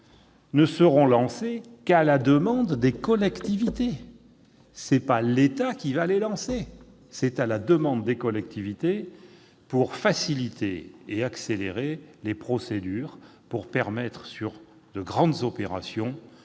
ne seront lancés qu'à la demande des collectivités, et non de l'État. Je le répète, ce sera à la demande des collectivités, pour faciliter et accélérer les procédures et permettre aux grandes opérations